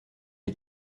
est